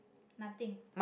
nothing